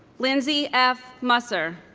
lindsay f. musser